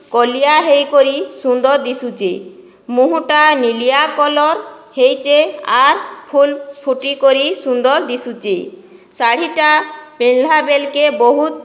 କଲିଆ ହୋଇକରି ସୁନ୍ଦର୍ ଦିଶୁଛେ ମୁହୁଁଟା ନିଲିଆ କଲର୍ ହେଇଚେ ଆର୍ ଫୁଲ୍ ଫୁଟିକରି ସୁନ୍ଦର୍ ଦିଶୁଛେ ଶାଢ଼ୀଟା ପିନ୍ଧ୍ଲା ବେଲ୍କେ ବହୁତ୍